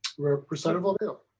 where percent of all.